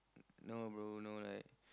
no bro no like